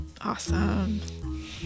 awesome